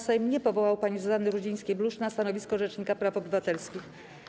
Sejm nie powołał pani Zuzanny Rudzińskiej-Bluszcz na stanowisko rzecznika praw obywatelskich.